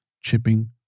chipping